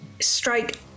strike